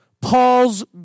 Paul's